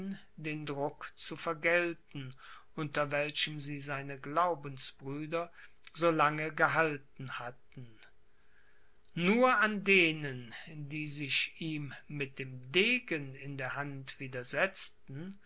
den druck zu vergelten unter welchem sie seine glaubensbrüder so lange gehalten hatten nur an denen die sich ihm mit dem degen in der hand widersetzten